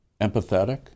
empathetic